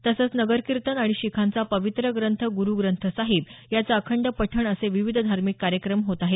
तसंच नगर कीर्तन आणि शीखांचा पवित्र ग्रंथ गुरु ग्रंथ साहिब याचं अखंड पठण असे विविध धार्मिक कार्यक्रम होत आहेत